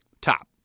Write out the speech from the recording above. top